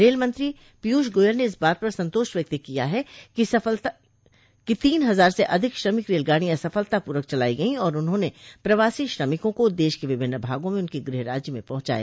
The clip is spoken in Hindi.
रेल मंत्री पीयूष गोयल ने इस बात पर संतोष व्यक्त किया है कि तीन हजार से अधिक श्रमिक रेलगाडियां सफलतापूर्वक चलाई गयी और उन्होंने प्रवासी श्रमिकों को देश के विभिन्न भागों में उनके गृह राज्य में पहुंचाया